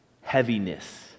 heaviness